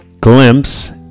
glimpse